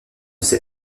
ses